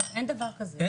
אין דבר כזה.